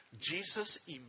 Jesus